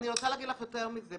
אני רוצה להגיד לך יותר מזה.